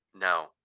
No